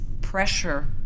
pressure